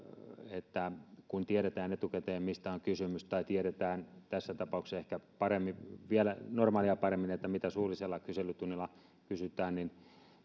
että kun tiedetään etukäteen mistä on kysymys tai tiedetään tässä tapauksessa ehkä vielä normaalia paremmin mitä suullisella kyselytunnilla kysytään niin